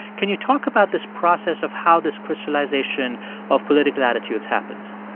can you talk about this process of how this crystallization of political attitudes happens?